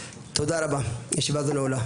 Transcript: תודה רבה, ישיבה זו נעולה.